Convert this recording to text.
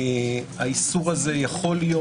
האיסור הזה יכול להיות.